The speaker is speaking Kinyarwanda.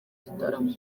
gitaramo